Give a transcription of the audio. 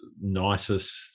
nicest